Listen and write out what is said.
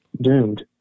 doomed